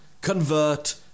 convert